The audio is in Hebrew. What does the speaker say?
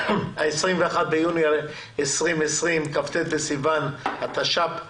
21 ביוני 2020, כ"ט בסיוון התש"ף.